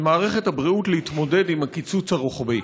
מערכת הבריאות להתמודד עם הקיצוץ הרוחבי.